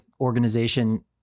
organization